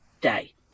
day